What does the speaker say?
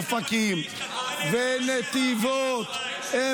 אופקים ונתיבות -- מה אתה עשית ב-7 שאתה קורא ליסמין?